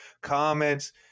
comments